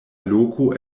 loko